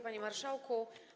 Panie Marszałku!